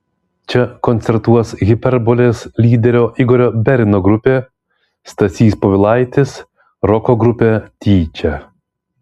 čia koncertuos hiperbolės lyderio igorio berino grupė stasys povilaitis roko grupė tyčia